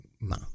no